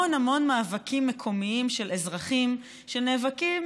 המון המון מאבקים מקומיים של אזרחים שנאבקים,